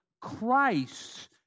Christ